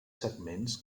segments